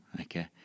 Okay